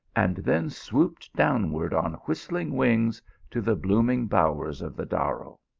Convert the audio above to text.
and then swooped downward on whistling wings to the blooming bowers of the darro.